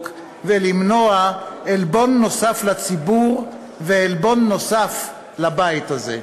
ולמנוע עלבון נוסף לציבור ועלבון נוסף לבית זה.